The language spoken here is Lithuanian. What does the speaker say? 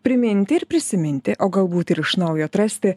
priminti ir prisiminti o galbūt ir iš naujo atrasti